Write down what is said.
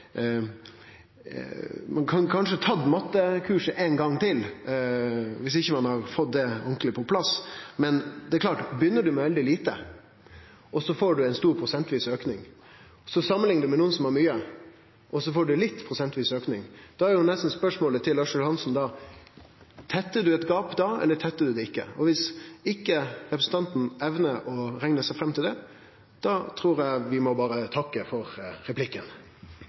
ein kunne kanskje tatt mattekurset éin gong til viss ein ikkje har fått det ordentleg på plass. Men det er klart, begynner du med veldig lite og så får ein stor prosentvis auke, og så samanliknar du med nokon som har mykje, og får litt prosentvis auke – da er jo nesten spørsmålet til Ørsal Johansen: Tettar du eit gap da, eller tettar du det ikkje? Og viss ikkje representanten evnar å rekne seg fram til det, trur eg vi berre må takke for replikken.